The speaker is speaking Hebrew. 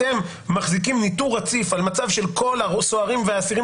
אתם מחזיקים ניטור רציף על מצב של כל הסוהרים והאסירים